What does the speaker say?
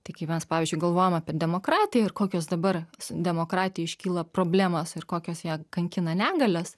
tai kai mes pavyzdžiui galvojam apie demokratiją ir kokios dabar su demokratija iškyla problemos ir kokios ją kankina negalės